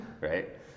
right